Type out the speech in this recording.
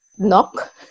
knock